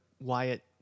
Wyatt